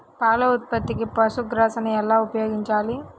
పాల ఉత్పత్తికి పశుగ్రాసాన్ని ఎలా ఉపయోగించాలి?